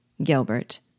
Gilbert